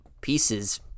pieces